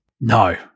No